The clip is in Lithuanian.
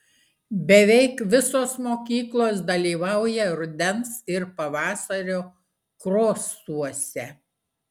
beveik visos mokyklos dalyvauja rudens ir pavasario krosuose